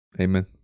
Amen